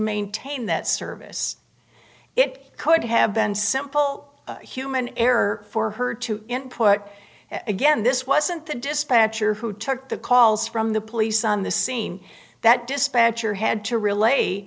maintain that service it could have been simple human error for her to input again this wasn't the dispatcher who took the calls from the police on the scene that dispatcher had to relay